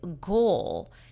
goal